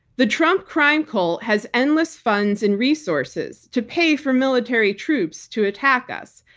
the trump crime cult has endless funds and resources to pay for military troops to attack us,